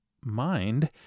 mind